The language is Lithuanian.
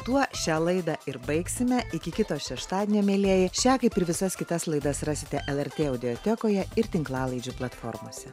tuo šią laidą ir baigsime iki kito šeštadienio mielieji šią kaip ir visas kitas laidas rasite lrt audiotekoje ir tinklalaidžių platformose